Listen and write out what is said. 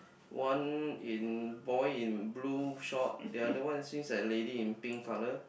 one in boy in blue short the other one seems like a lady in pink color